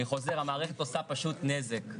אני חוזר המערכת עושה פשוט נזק,